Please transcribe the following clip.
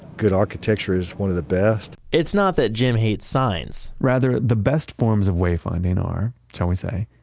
good architecture is one of the best. it's not that jim hates science. rather, the best forms of wayfinding are, shall we say,